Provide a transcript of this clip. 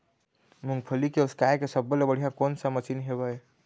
मूंगफली के उसकाय के सब्बो ले बढ़िया कोन सा मशीन हेवय?